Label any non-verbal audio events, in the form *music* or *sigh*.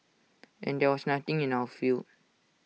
*noise* and there was nothing in our field